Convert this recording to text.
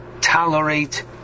tolerate